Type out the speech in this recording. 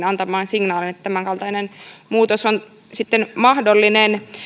antamaan signaalin että tämänkaltainen muutos on sitten mahdollinen